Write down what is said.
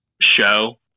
show